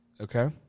Okay